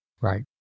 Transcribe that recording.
Right